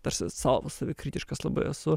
tarsi sau savikritiškas labai esu